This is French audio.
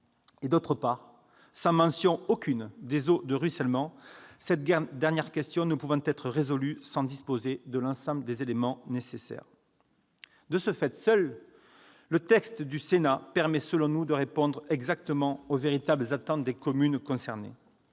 ne faire aucune mention des eaux de ruissellement, cette dernière question ne pouvant être résolue sans disposer de l'ensemble des éléments nécessaires. De ce fait, seul le texte du Sénat permet, selon nous, de répondre exactement aux véritables attentes des communes concernées.